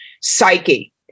psyche